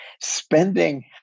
spending